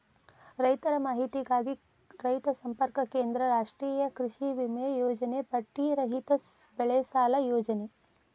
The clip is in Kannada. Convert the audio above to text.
ರೈತರ ಮಾಹಿತಿಗಾಗಿ ರೈತ ಸಂಪರ್ಕ ಕೇಂದ್ರ, ರಾಷ್ಟ್ರೇಯ ಕೃಷಿವಿಮೆ ಯೋಜನೆ, ಬಡ್ಡಿ ರಹಿತ ಬೆಳೆಸಾಲ ಯೋಜನೆ